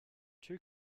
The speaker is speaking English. two